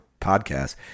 podcast